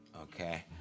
Okay